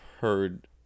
heard